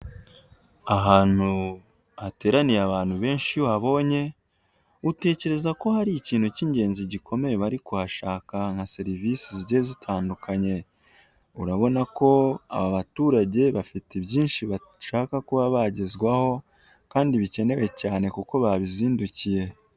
Ahantu hateraniye abantu benshi iyo wabonye utekereza ko hari ikintu cy'ingenzi gikomeye bari kuhashaka, nka serivisi zitandukanye. Urabona ko aba baturage bafite byinshi bashaka kuba bagezwaho, kandi bikenewe cyane kuko babizindukiye.